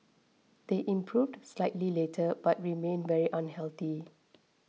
they improved slightly later but remained very unhealthy